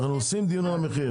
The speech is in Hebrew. אנחנו עושים דיון על מחיר.